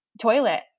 toilet